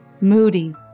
Moody